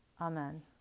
Amen